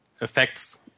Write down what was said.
affects